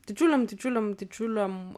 didžiuliam didžiuliam didžiuliam